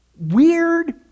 weird